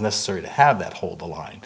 necessary to have that hold the line